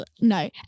no